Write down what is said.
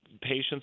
patients